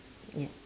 yup